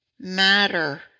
Matter